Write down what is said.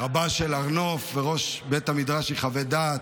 רבה של הר נוף וראש בית המדרש יחווה דעת,